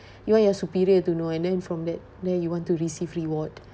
you want your superior to know and then from that there you want to receive reward